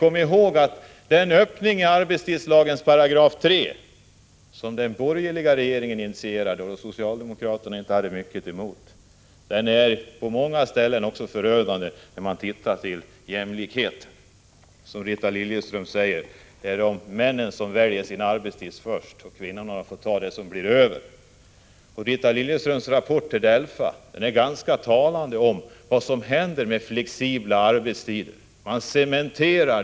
Kom ihåg att den öppning i arbetstidslagens 3 §, som den borgerliga regeringen initierade och socialdemokraterna inte hade mycket emot, på många sätt är förödande för jämlikheten. Det är som Rita Liljeström säger, att männen väljer sin arbetstid först och sedan får kvinnorna ta det som blir över. Rita Liljeströms rapport till DELFA är talande när det gäller flexibel arbetstid.